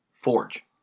Forge